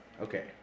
Okay